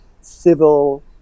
civil